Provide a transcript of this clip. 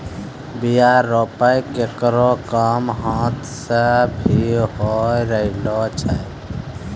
बीया रोपै केरो काम हाथ सें भी होय रहलो छै